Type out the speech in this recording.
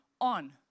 on